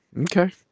okay